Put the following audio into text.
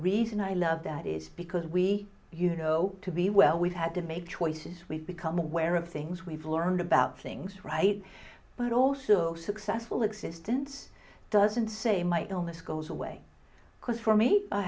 reason i love that is because we you know to be well we've had to make choices we've become aware of things we've learned about things right but also successful existence doesn't say my illness goes away because for me i